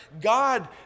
God